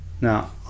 Now